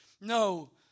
No